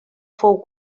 fou